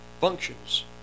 functions